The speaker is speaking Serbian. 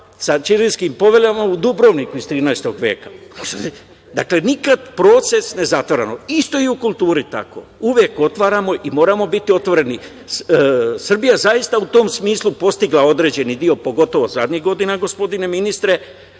na ćirilskim poveljama u Dubrovniku iz 13. veka. Dakle, nikad proces ne zatvaramo, isto i kulturi tako, uvek otvaramo i moramo biti otvoreni. Srbija zaista u tom smisli je postigla određeni deo, pogotovo zadnjih godina, gospodine ministre,